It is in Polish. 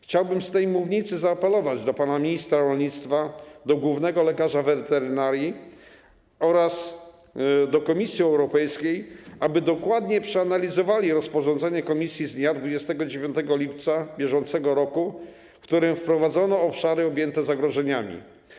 Chciałbym z tej mównicy zaapelować do pana ministra rolnictwa, do głównego lekarza weterynarii oraz do Komisji Europejskiej, aby dokładnie przeanalizowali rozporządzenie Komisji z dnia 29 lipca br., którym wprowadzono obszary objęte zagrożeniami.